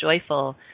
joyful